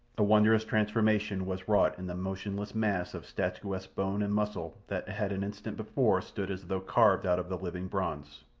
a wondrous transformation was wrought in the motionless mass of statuesque bone and muscle that had an instant before stood as though carved out of the living bronze.